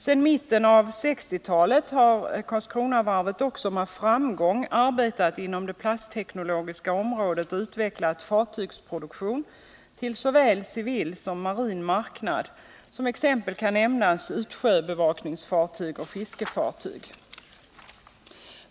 Sedan mitten av 1960-talet har Karlskronavarvet också med framgång arbetat inom det plastteknologiska området och utvecklat fartygsproduktion till såväl civil som marin marknad, t.ex. utsjöbevakningsfartyg och fiskefartyg.